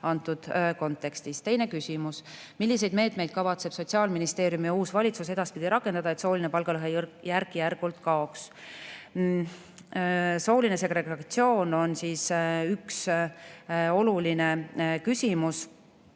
antud kontekstis. Teine küsimus: "Milliseid meetmeid kavatseb Sotsiaalministeerium ja uus valitsus edaspidi rakendada, et sooline palgalõhe järk-järgult kaoks?" Sooline segregatsioon on üks oluline küsimus